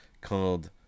called